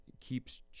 keeps